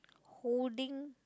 holding